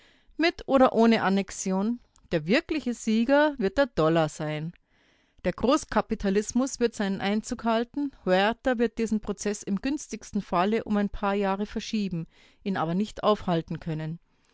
mit oder ohne annexion der wirkliche sieger wird der dollar sein der großkapitalismus wird seinen einzug halten huerta wird diesen prozeß im günstigsten falle um ein paar jahre verschieben ihn aber nicht aufhalten können